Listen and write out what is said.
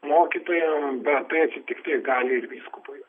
mokytojam bet tai atsitikti gali ir vyskupui